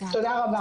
תודה רבה.